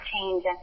change